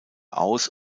aus